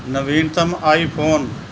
ਨਵੀਨਤਮ ਆਈਫੋਨ